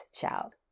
child